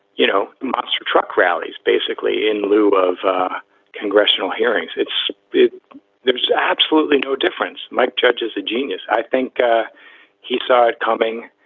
you know, monster truck rallies basically in lieu of congressional hearings. it's there's absolutely no difference. mike judge is a genius. i think he saw it coming.